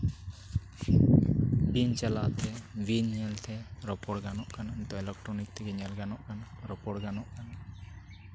ᱵᱤᱱ ᱪᱟᱞᱟᱜ ᱛᱮ ᱵᱤᱱ ᱧᱮᱞ ᱛᱮ ᱨᱚᱯᱚᱲ ᱜᱟᱱᱚᱜ ᱠᱟᱱᱟ ᱤᱞᱮᱠᱴᱨᱚᱱᱤᱠ ᱛᱮᱜᱮ ᱧᱮᱞ ᱜᱟᱱᱚᱜ ᱠᱟᱱᱟ ᱨᱚᱯᱚᱲ ᱜᱟᱱᱚᱜ ᱠᱟᱱᱟ